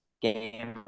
game